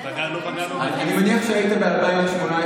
אני מניח שהיית ב-2018.